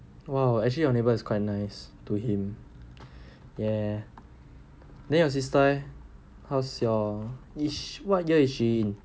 !wow! actually your neighbour is quite nice to him ya then your sister leh how's your which what year is she in